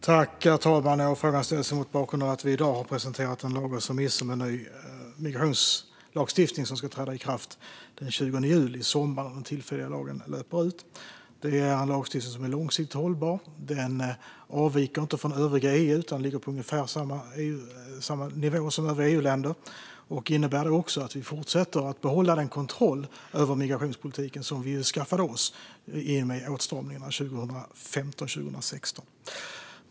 Herr talman! Frågan ställs mot bakgrund av att vi i dag har presenterat en lagrådsremiss om en ny migrationslagstiftning som ska träda i kraft den 20 juli i sommar, då den tillfälliga lagen löper ut. Det är en lagstiftning som är långsiktigt hållbar och inte avviker från övriga EU utan ligger ungefär på samma nivå som övriga EU-länder. Det innebär att vi fortsätter att behålla den kontroll över migrationspolitiken som vi skaffade oss i och med åtstramningarna 2015-2016.